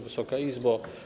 Wysoka Izbo!